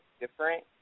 different